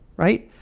right.